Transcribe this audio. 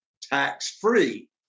tax-free